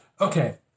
Okay